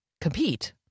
compete